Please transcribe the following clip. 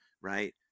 Right